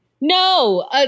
No